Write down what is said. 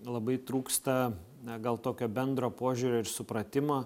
labai trūksta na gal tokio bendro požiūrio ir supratimo